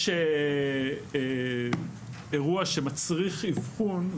יש אירוע שמצריך אבחון,